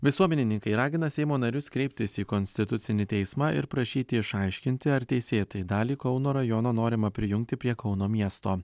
visuomenininkai ragina seimo narius kreiptis į konstitucinį teismą ir prašyti išaiškinti ar teisėtai dalį kauno rajono norima prijungti prie kauno miesto